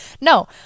no